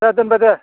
दे दोनबाय दे